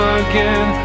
again